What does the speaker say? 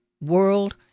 world